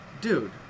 Dude